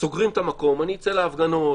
סוגרים את המקום אני אצא להפגנות,